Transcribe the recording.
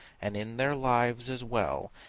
and in their lives, as well,